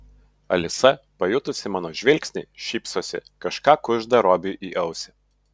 alisa pajutusi mano žvilgsnį šypsosi kažką kužda robiui į ausį